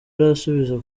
arasubiza